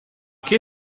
che